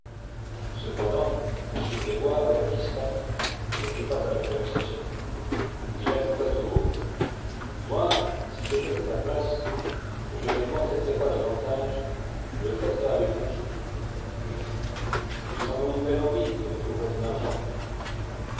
cependant m grégoire l'air distrait n'était pas à la conversation il ajouta tout haut moi si j'étais à ta place je ne m'entêterais pas davantage je traiterais avec montsou ils en ont une belle envie tu retrouverais ton argent